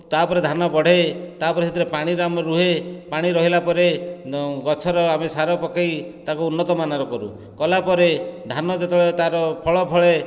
ତାପରେ ଧାନ ବଢ଼େ ତାପରେ ସେଥିରେ ପାଣି ଆମର ରୁହେ ପାଣି ରହିଲା ପରେ ଗଛର ଆମେ ସାର ପକେଇ ତାକୁ ଉନ୍ନତ ମାନର କରୁ କଲା ପରେ ଧାନ ଯେତେବେଳେ ତାର ଫଳ ଫଳେ